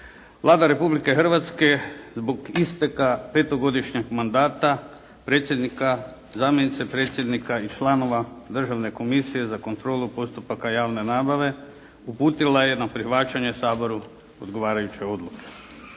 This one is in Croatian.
Vlada Republike Hrvatske zbog isteka petogodišnjeg mandata predsjednika, zamjenice predsjednika i članova Državne komisije za kontrolu postupaka javne nabave uputila je na prihvaćanje Saboru odgovarajuće odluke.